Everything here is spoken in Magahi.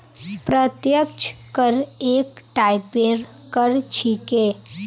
प्रत्यक्ष कर एक टाइपेर कर छिके